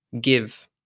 give